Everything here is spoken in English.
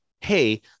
hey